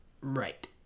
Right